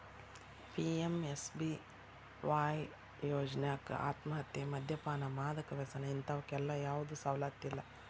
PMSBY ಯೋಜ್ನಾಕ ಆತ್ಮಹತ್ಯೆ, ಮದ್ಯಪಾನ, ಮಾದಕ ವ್ಯಸನ ಇಂತವಕ್ಕೆಲ್ಲಾ ಯಾವ್ದು ಸವಲತ್ತಿಲ್ಲ